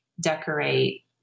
decorate